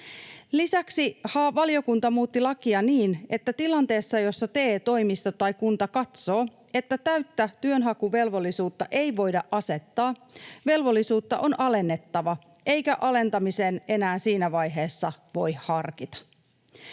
Lisäksi valiokunta muutti lakia niin, että tilanteessa, jossa TE-toimisto tai kunta katsoo, että täyttä työnhakuvelvollisuutta ei voida asettaa, velvollisuutta on alennettava eikä alentamista enää siinä vaiheessa voi harkita.